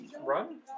run